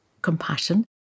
Compassion